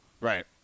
Right